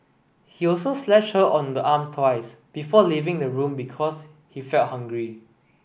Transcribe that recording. he also slashed her on the arm twice before leaving the room because he felt hungry